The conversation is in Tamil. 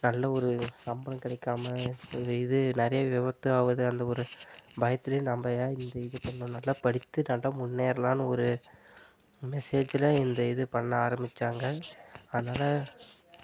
நல்ல ஒரு சம்பளம் கிடைக்காம ஒரு இது நிறைய விபத்து ஆகுது அந்த ஒரு பயத்திலே நம்ம ஏன் இப்படி பண்ணணும் நல்லா படித்து நல்லா முன்னேகிறலான்னு ஒரு மெசேஜில் இந்த இது பண்ண ஆரம்பித்தாங்க அதனால்